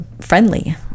friendly